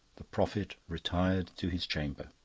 the prophet retired to his chamber.